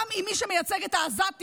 גם אם מי שמייצג את העזתים,